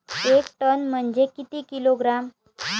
एक टन म्हनजे किती किलोग्रॅम?